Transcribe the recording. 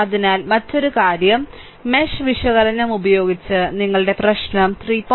അതിനാൽ മറ്റൊരു കാര്യം മെഷ് വിശകലനം ഉപയോഗിച്ച് നിങ്ങളുടെ പ്രശ്നം 3